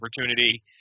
opportunity